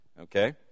Okay